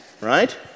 right